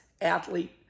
athlete